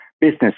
business